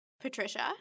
Patricia